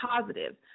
positive